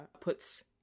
puts